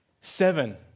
seven